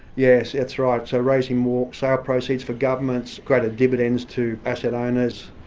yes, that's right, so raising more sale proceeds for governments, greater dividends to asset owners.